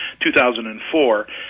2004